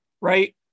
right